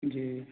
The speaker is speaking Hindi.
जी